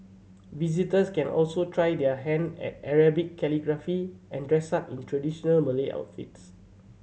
visitors can also try their hand at Arabic calligraphy and dress up in traditional Malay outfits